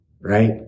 right